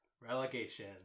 relegation